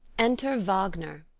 enter wagner.